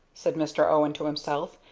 said mr. owen to himself,